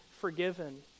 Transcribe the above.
forgiven